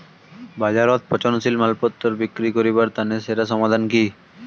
বাজারত পচনশীল মালপত্তর বিক্রি করিবার তানে সেরা সমাধান কি?